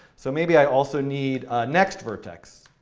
so maybe i also need next vertex.